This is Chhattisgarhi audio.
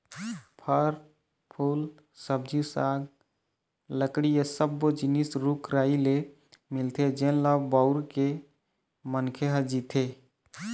फर, फूल, सब्जी साग, लकड़ी ए सब्बो जिनिस रूख राई ले मिलथे जेन ल बउर के मनखे ह जीथे